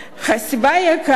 הסיבה העיקרית